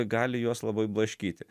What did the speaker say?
gali juos labai blaškyti